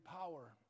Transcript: power